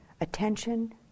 Attention